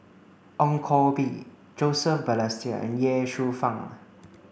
Ong Koh Bee Joseph Balestier and Ye Shufang